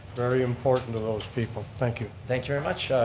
very important to those people, thank you. thank you very much,